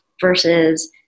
versus